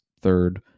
third